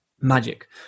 magic